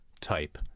type